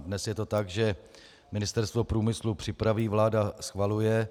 Dnes je to tak, že Ministerstvo průmyslu připraví, vláda schvaluje.